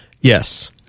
yes